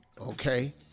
okay